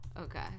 Okay